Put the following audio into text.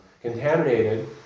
contaminated